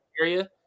area